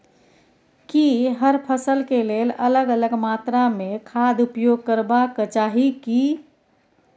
की हर फसल के लेल अलग अलग मात्रा मे खाद उपयोग करबाक चाही की?